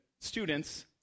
students